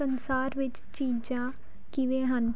ਸੰਸਾਰ ਵਿੱਚ ਚੀਜ਼ਾਂ ਕਿਵੇਂ ਹਨ